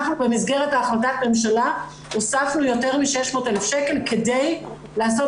במסגרת החלטת הממשלה אנחנו הוספנו יותר מ-600,000 שקל כדי לעשות